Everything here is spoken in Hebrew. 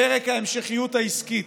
פרק ההמשכיות העסקית,